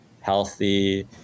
healthy